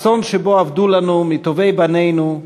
אסון שבו אבדו לנו מטובי בנינו,